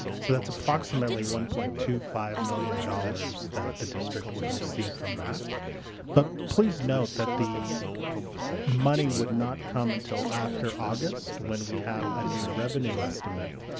so that's approximately one point two five million dollars that the district would receive from that but note that the money would not come until after august when we have a new revenue estimate.